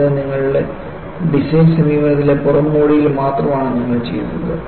ഇത് നിങ്ങളുടെ ഡിസൈൻ സമീപനങ്ങളിലെ പുറംമോടിയിൽ മാത്രമാണു മാറ്റങ്ങൾ ചെയ്തത്